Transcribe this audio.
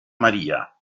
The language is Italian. maria